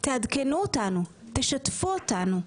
תעדכנו אותנו, תשתפו אותנו.